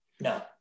No